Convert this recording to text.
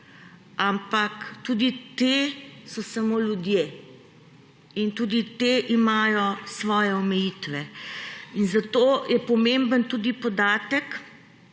ampak tudi le-ti so samo ljudje in tudi le-ti imajo svoje omejitve. In zato je pomemben tudi podatek,